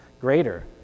greater